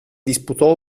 disputò